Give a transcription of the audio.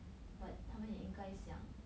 but 他们也应该想